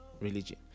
religion